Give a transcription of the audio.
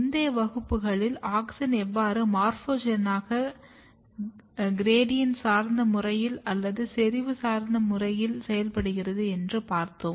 முந்தைய வகுப்புகளில் ஆக்ஸின் எவ்வாறு மார்போஜெனாக கிரேட்டியன்ட் சார்ந்த முறை அல்லது செறிவு சார்த்த முறையில் செயல்படுகிறது என்று பார்த்தோம்